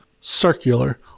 circular